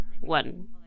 one